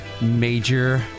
major